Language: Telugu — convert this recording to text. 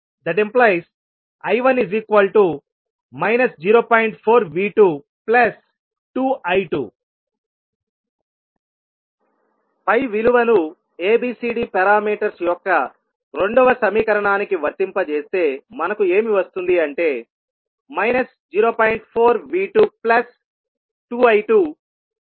4V22I2 పై విలువను ABCD పారామీటర్స్ యొక్క రెండవ సమీకరణానికి వర్తింప చేస్తే మనకు ఏమి వస్తుంది అంటే 0